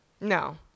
No